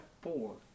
four